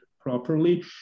properly